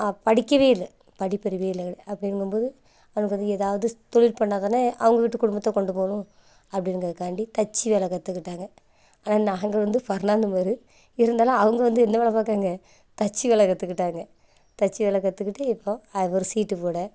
படிக்கவே இல்லை படிப்பறிவே இல்லை அப்படிங்க போது அவனுக்கு வந்து எதாவது தொழில் பண்ணாதானே அவங்க வீட்டு குடும்பத்தை கொண்டு போகணும் அப்படிங்கறதுக்கு காண்டி தச்சு வேலை கற்றுக்கிட்டாங்க ஆனால் நாங்கள் வந்து இருந்தாலும் அவங்க வந்து என்ன வேலை பார்க்குறாங்க தச்சு வேலை கற்றுக்கிட்டாங்க தச்சு வேலை கற்றுக்கிட்டு இப்போது அவர் சீட்டு போட